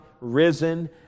risen